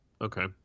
Okay